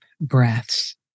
breaths